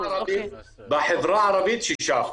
בחברה הערבית 6%,